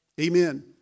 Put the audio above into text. Amen